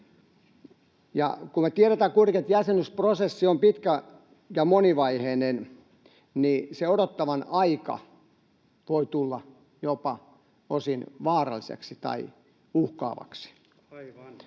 kuitenkin, että jäsenyysprosessi on pitkä ja monivaiheinen, niin se odottavan aika voi tulla jopa osin vaaralliseksi tai uhkaavaksi. [Ben